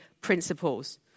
principles